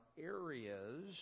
areas